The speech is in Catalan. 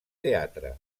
teatre